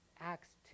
Acts